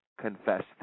Confessed